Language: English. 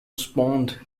spawned